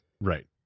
Right